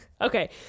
Okay